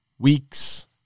Weeks